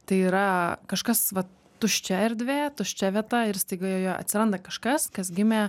tai yra kažkas va tuščia erdvė tuščia vieta ir staiga joje atsiranda kažkas kas gimė